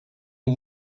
are